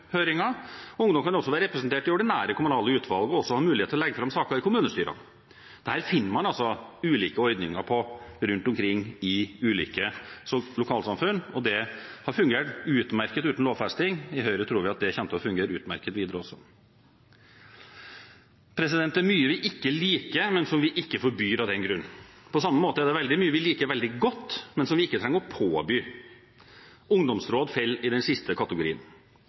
Ungdom kan også være representert i ordinære kommunale utvalg og ha mulighet til å legge fram saker i kommunestyrene. Dette finner man altså ulike ordninger på rundt omkring i ulike lokalsamfunn, og det har fungert utmerket uten lovfesting. I Høyre tror vi at det kommer til å fungere utmerket videre også. Det er mye vi ikke liker, men som vi ikke forbyr av den grunn. På samme måte er det veldig mye vi liker veldig godt, men som vi ikke trenger å påby. Ungdomsråd faller i den siste kategorien.